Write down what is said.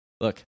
look